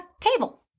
table